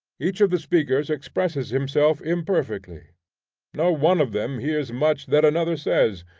each of the speakers expresses himself imperfectly no one of them hears much that another says,